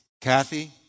Kathy